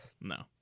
No